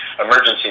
emergency